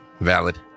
Valid